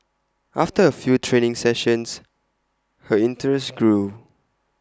after A few training sessions her interest grew